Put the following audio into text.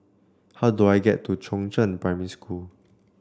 how do I get to Chongzheng Primary School